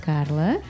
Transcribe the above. Carla